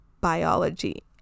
biology